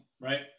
right